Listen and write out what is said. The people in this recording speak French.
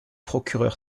procureur